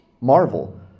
marvel